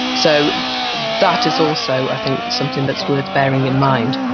so that is also i think something that's worth bearing in mind.